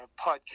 podcast